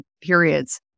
periods